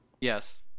yes